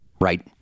right